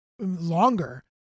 longer